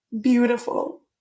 beautiful